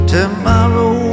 Tomorrow